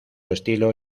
estilo